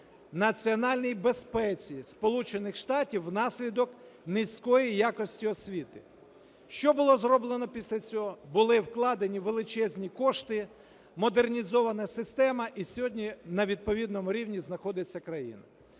національній безпеці Сполучених Штатів внаслідок низької якості освіти. Що було зроблено після цього? Були вкладені величезні кошти, модернізована система і сьогодні на відповідному рівні знаходиться країна.